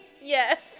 Yes